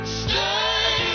stay